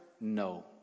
no